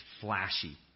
flashy